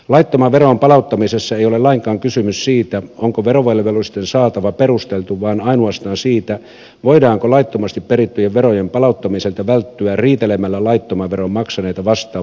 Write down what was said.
laittoman veron palauttamisessa ei ole lainkaan kysymys siitä onko verovelvollisten saatava perusteltu vaan ainoastaan siitä voidaanko laittomasti perittyjen verojen palauttamiselta välttyä riitelemällä laittoman veron maksaneita vastaan vanhentumisperusteella